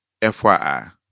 FYI